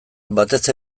batez